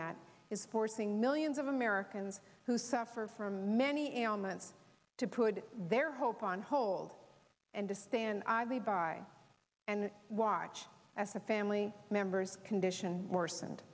that is forcing millions of americans who suffer from many elements to put their hope on hold and to stand idly by and watch as a family member's condition worse